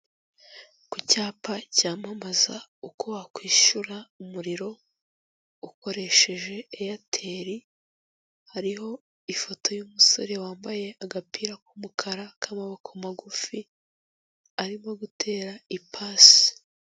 Ku cyapa cyamamaza uko wakwishyura umuriro ukoresheje airtel, hariho ifoto y'umusore wambaye agapira k'umukara k'amaboko magufi, arimo gutera ipasi.